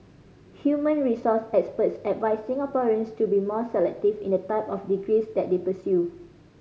human resource experts advised Singaporeans to be more selective in the type of degrees that they pursue